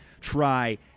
try